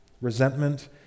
Resentment